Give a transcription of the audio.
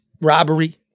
robbery